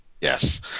Yes